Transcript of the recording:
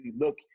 look